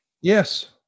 Yes